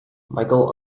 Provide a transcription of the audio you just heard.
michael